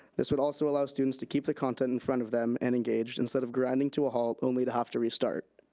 this would also allow students to keep the content in front of them and engage instead of grinding to a halt only to have to restart.